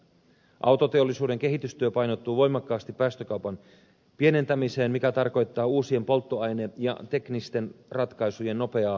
autoteollisuuden kehitystyö painottuu voimakkaasti päästökuorman pienentämiseen mikä tarkoittaa uusien polttoaine ja teknisten ratkaisujen nopeaa markkinoille tuloa